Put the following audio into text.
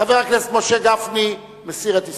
חבר הכנסת משה גפני מסיר את הסתייגויותיו.